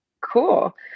Cool